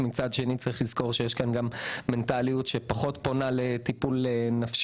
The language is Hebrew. אבל מצד שני צריך לזכור שיש כאן גם מנטליות שפחות פונה לטיפול נפשי.